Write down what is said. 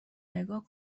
نگاه